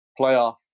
playoff